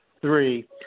three